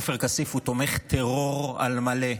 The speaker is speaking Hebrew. עופר כסיף הוא תומך טרור על מלא.